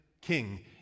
King